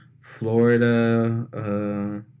Florida